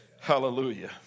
hallelujah